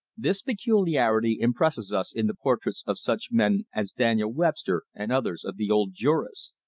this peculiarity impresses us in the portraits of such men as daniel webster and others of the old jurists.